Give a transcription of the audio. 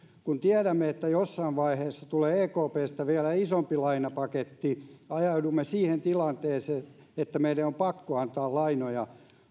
kun tiedämme että jossain vaiheessa tulee ekpstä vielä isompi lainapaketti ajaudumme siihen tilanteeseen että meidän on pakko antaa lainoja